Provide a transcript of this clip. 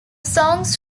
songs